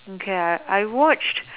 okay I I watched